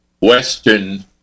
Western